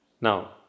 Now